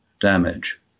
damage